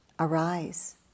Arise